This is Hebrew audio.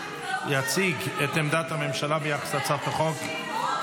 יציג את עמדת הממשלה ביחס להצעת החוק.